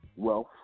Wealth